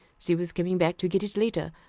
she was coming back to get it later.